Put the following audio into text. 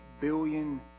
billion